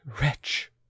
Wretch